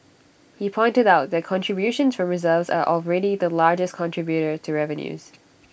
he pointed out that contributions from reserves are already the largest contributor to revenues